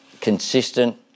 consistent